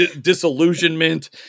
disillusionment